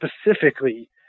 specifically